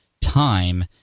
time